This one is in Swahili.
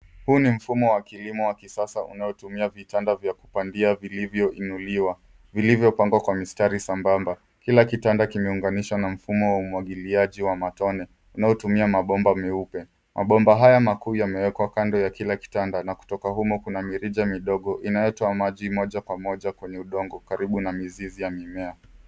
Huu ni mfumo wa kilimo wa kisasa unaotumia vitanda vya kupandia vilivyoinuliwa, vilivyopangwa kwa mistari sambamba. Kila kitanda kimeunganishwa na mfumo wa umwagiliaji wa matone unaotumia mabomba meupe. Mabomba haya makuu yamewekwa kando ya kila kitanda na kutoka humo kuna mirija midogo inayotoa maji moja kwa moja kwenye udongo karibu na mizizi ya mimea.